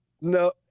No